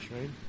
right